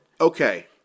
Okay